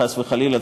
חס וחלילה,